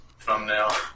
thumbnail